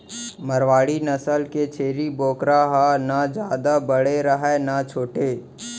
मारवाड़ी नसल के छेरी बोकरा ह न जादा बड़े रहय न छोटे